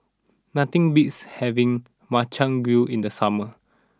nothing beats having Makchang Gui in the summer